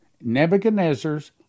Nebuchadnezzar's